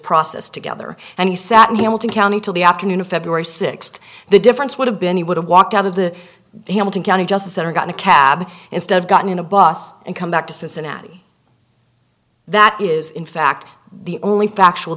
process together and he sat milton county till the afternoon of february sixth the difference would have been he would have walked out of the hamilton county justice center got a cab instead gotten in a bus and come back to cincinnati that is in fact the only factual